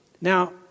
Now